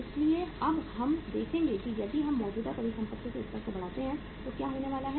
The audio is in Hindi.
इसलिए अब हम देखेंगे कि यदि हम मौजूदा परिसंपत्तियों के स्तर को बढ़ाते हैं तो क्या होने वाला है